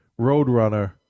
Roadrunner